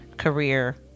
career